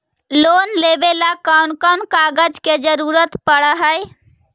Loan लेबे ल कैन कौन कागज के जरुरत पड़ है?